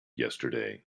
yesterday